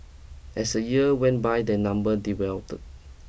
as the year went by their number